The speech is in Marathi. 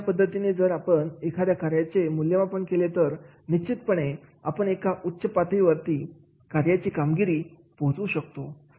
आणि अशा पद्धतीने जर आपण एखाद्या कार्याचे मूल्यमापन केले तर निश्चितपणे आपण एका उच्च पातळीवर ती कार्याची कामगिरी पोहोचू शकतो